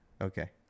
okay